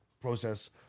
process